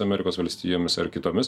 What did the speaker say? amerikos valstijomis ar kitomis